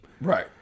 right